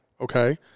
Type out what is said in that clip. okay